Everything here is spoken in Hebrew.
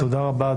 תודה רבה.